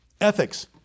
Ethics